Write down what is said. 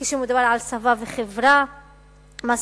כשמדובר על שפה וחברה מסורתית,